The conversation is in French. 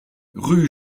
rue